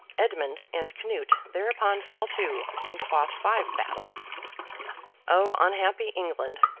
edmund and canute thereupon fell to, and fought five battles o unhappy england,